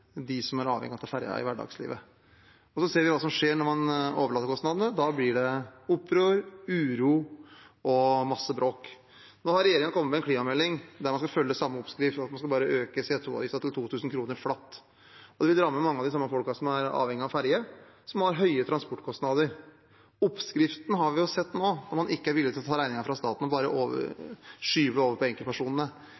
som er avhengige av å ta ferje i hverdagen. Vi ser hva som skjer når man overlater kostnadene til dem: Da blir det opprør, uro og masse bråk. Nå har regjeringen kommet med en klimamelding der man skal følge samme oppskrift, ved at man bare skal øke CO 2 -avgiften til 2 000 kr, flatt, og det vil ramme mange av de samme folkene som er avhengige av ferje, og som har høye transportkostnader. Oppskriften har vi nå sett, når staten ikke er villig til å ta regningen og bare skyver den over